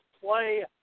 play